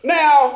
now